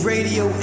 Radio